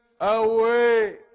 away